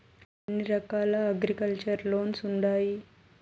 ఎన్ని రకాల agriculture loans ఉండాయి